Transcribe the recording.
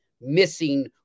missing